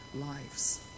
lives